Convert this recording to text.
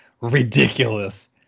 ridiculous